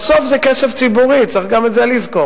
ובסוף, זה כסף ציבורי, צריך גם את זה לזכור.